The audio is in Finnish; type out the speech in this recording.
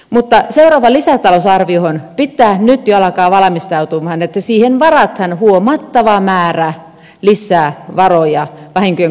mutta seuraavaan lisätalousarvioon pitää nyt jo alkaa valmistautua että siihen varataan huomattava määrä lisää varoja vahinkojen korvaamiseen